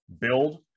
build